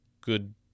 good